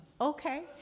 okay